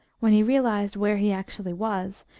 when he realised where he actually was,